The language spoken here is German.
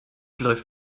läuft